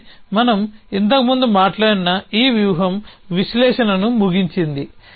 ఆపై మనం ఇంతకు ముందు మాట్లాడిన ఈ వ్యూహం విశ్లేషణను ముగించింది